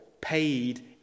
paid